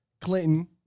Clinton